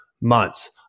months